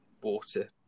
water